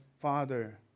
father